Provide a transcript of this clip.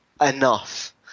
enough